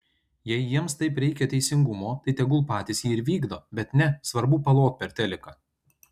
jei jiems taip reikia teisingumo tai tegul patys jį ir vykdo bet ne svarbu palot per teliką